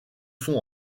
font